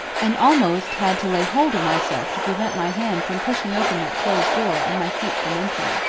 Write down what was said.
and almost had to lay hold of myself to prevent my hand from pushing open that closed door and my feet from entering.